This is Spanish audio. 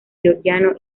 georgiano